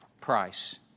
price